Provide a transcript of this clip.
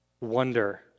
wonder